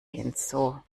hinzu